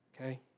Okay